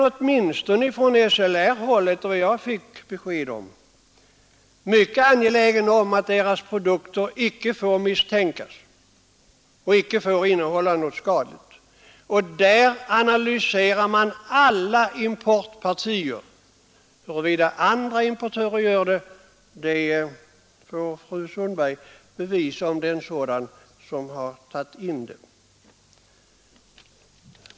Åtminstone från SLR-hållet är man har jag fått besked om — mycket angelägen om att produkterna icke ens får misstänkas för att innehålla något skadligt. Där analyserar man alla importpartier. Huruvida andra importörer gör det får fru Sundberg bevisa.